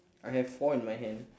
I have four in my hand